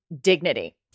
dignity